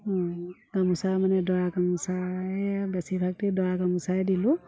গামোচা মানে দৰা গামোচাই বেছিভাগতেই দৰা গামোচাই দিলোঁ